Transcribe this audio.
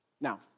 Now